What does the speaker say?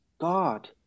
God